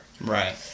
right